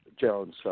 Jones